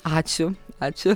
ačiū ačiū